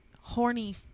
horny